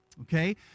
Okay